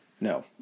no